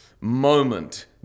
moment